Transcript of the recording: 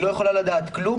היא לא יכולה לדעת כלום.